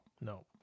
No